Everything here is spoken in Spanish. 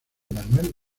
manuel